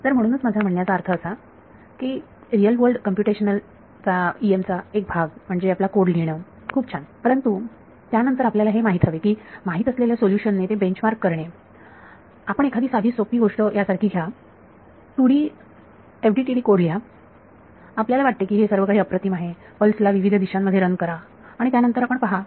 तर म्हणूनच माझ्या म्हणण्याचा अर्थ असा रियल वर्ल्ड कम्प्युटेशनल EM चा एक भाग म्हणजे आपला कोड लिहिणे खूप छान परंतु त्यानंतर आपल्याला हे माहीत हवे की माहित असलेल्या सोल्युशन ने ते बेंचमार्क करणे आपण एखादी साधी सोपी गोष्ट यासारखी घ्या 2D FDTD कोड लिहा आपल्याला वाटते की सर्व काही अप्रतिम आहे पल्स ला विविध दिशांमध्ये रन करा आणि त्यानंतर आपण पहा